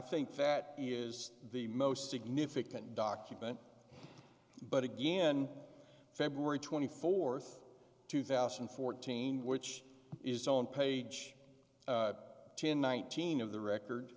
think that is the most significant document but again february twenty fourth two thousand and fourteen which is on page ten nineteen of the record